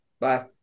Bye